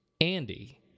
andy